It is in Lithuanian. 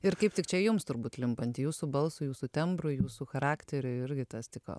ir kaip tik čia jums turbūt limpanti jūsų balsui jūsų tembrui jūsų charakteriui irgi tas tiko